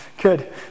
Good